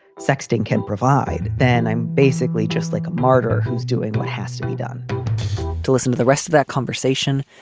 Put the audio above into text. sexting can provide. then i'm basically just like a martyr who's doing what has to be done to listen to the rest of that conversation.